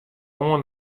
oan